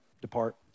depart